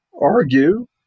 argue